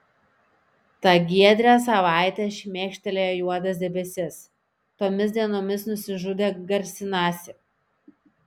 tą giedrią savaitę šmėkštelėjo juodas debesis tomis dienomis nusižudė garsinasi